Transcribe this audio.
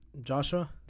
Joshua